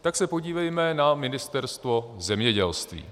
Tak se podívejme na Ministerstvo zemědělství.